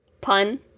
Pun